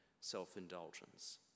self-indulgence